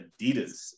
Adidas